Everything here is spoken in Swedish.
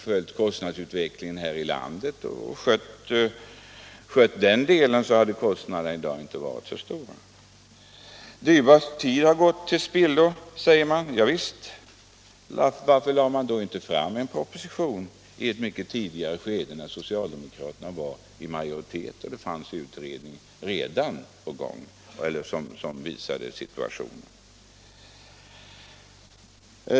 följt kostnadsutvecklingen här i landet och skött den delen — hade kostnaderna i dag inte varit så stora. Dyrbar tid har gått till spillo, säger man. Ja visst. Varför lade då inte socialdemokraterna fram en proposition i det tidigare skede när de var i majoritet och det redan fanns utredningsmaterial som visade hur situationen var?